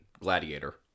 Gladiator